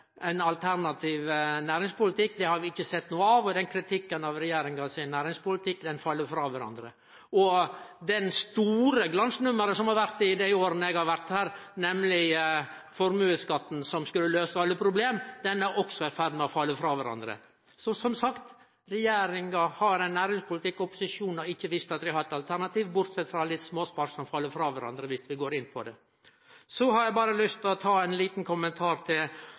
ein alternativ næringspolitikk, har vi ikkje sett noko av, og kritikken av regjeringas næringspolitikk fell frå kvarandre. Det store glansnummeret i dei åra eg har vore her, nemleg at å fjerne formuesskatten skulle løyse alle problema, er også i ferd med å falle frå kvarandre. Som sagt, regjeringa har ein næringspolitikk. Opposisjonen har ikkje vist at dei har alternativ bortsett frå litt småspark som fell frå kvarandre om ein går inn på dei. Så har eg berre lyst til å kome med ein liten kommentar til